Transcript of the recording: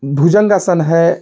भुजंगासन है